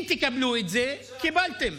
אם תקבלו את זה, קיבלתם.